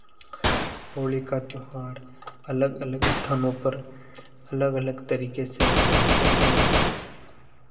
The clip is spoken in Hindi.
होली का त्योहार अलग अलग स्थानों पर अलग अलग तरीके से मनाते हैं